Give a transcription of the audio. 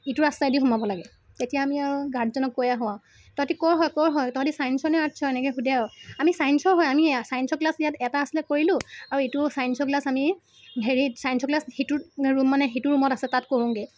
ইটো ৰাস্তাইদি সোমাব লাগে তেতিয়া আমি আৰু গাৰ্ডজনক কৈ আহোঁ আৰু তহঁতি ক'ৰ হয় ক'ৰ হয় তহঁতি ছায়েন্সৰ নে আৰ্টছৰ এনেকৈ সোধে আৰু আমি ছায়েন্সৰ হয় আমি ছায়েন্সৰ ক্লাছ ইয়াত এটা আছিলে কৰিলোঁ আৰু ইটো ছায়েন্সৰ ক্লাছ আমি হেৰিত ছায়েন্সৰ ক্লাছ সিটোত মানে সিটো ৰুমত আছে তাত কৰোঁগৈ